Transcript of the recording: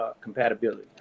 compatibility